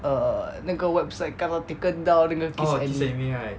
err 那个 website kena taken down 那个 kiss anime